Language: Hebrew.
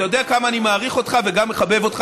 אתה יודע כמה אני מעריך אותך וגם מחבב אותך.